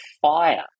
fire